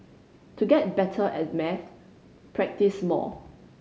to get better at maths practise more